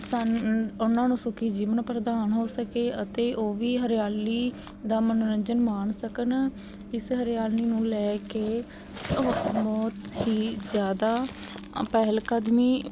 ਸਾਨ ਉਹਨਾਂ ਨੂੰ ਸੁਖੀ ਜੀਵਨ ਪ੍ਰਦਾਨ ਹੋ ਸਕੇ ਅਤੇ ਉਹ ਵੀ ਹਰਿਆਲੀ ਦਾ ਮਨੋਰੰਜਨ ਮਾਣ ਸਕਣ ਇਸ ਹਰਿਆਲੀ ਨੂੰ ਲੈ ਕੇ ਬਹੁਤ ਹੀ ਜ਼ਿਆਦਾ ਅ ਪਹਿਲਕਦਮੀ